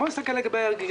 בואו נסתכל על הגירעון.